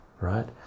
right